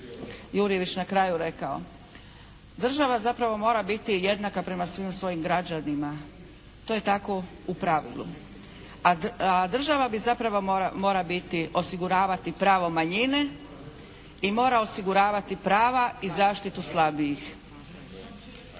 Jurjević na kraju rekao. Država zapravo mora biti jednaka prema svim svojim građanima. To je tako u pravilu, a država zapravo mora biti, osiguravati pravo manjine i mora osiguravati prava i zaštitu slabijih.